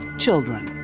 children.